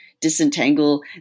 disentangle